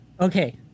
Okay